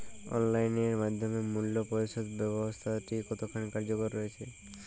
Online এর মাধ্যমে মূল্য পরিশোধ ব্যাবস্থাটি কতখানি কার্যকর হয়েচে?